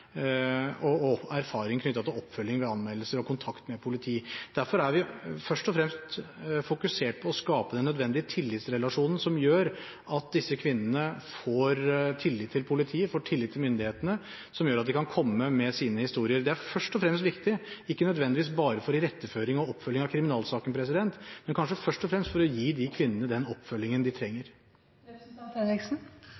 erfaring knyttet til oppfølging, anmeldelser og kontakt med politi. Derfor er vi først og fremst fokusert på å skape den nødvendige tillitsrelasjonen, slik at disse kvinnene får tillit til politiet, får tillit til myndighetene, som gjør at de kan komme med sine historier. Det er først og fremst viktig ikke nødvendigvis bare for iretteføring og oppfølging av kriminalsaker, men kanskje først og fremst for å gi de kvinnene den oppfølgingen de trenger.